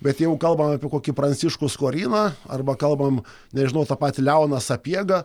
bet jeigu kalbam apie kokį pranciškų skoriną arba kalbam nežinau tą patį leoną sapiegą